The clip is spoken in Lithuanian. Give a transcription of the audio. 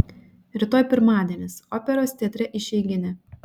rytoj pirmadienis operos teatre išeiginė